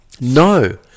no